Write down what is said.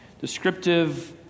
descriptive